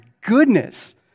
goodness